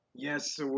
Yes